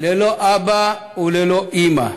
ללא אבא וללא אימא.